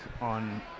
on